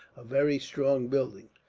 a very strong building.